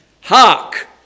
Hark